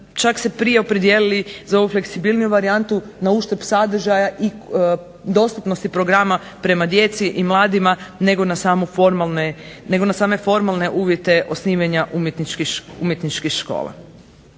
čak se prije opredijelili za ovu fleksibilniju varijantu na uštrb sadržaja i dostupnosti programa prema djeci i mladima nego na same formalne uvjete osnivanja umjetničkih škola.